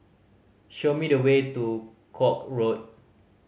show me the way to Koek Road